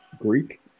Greek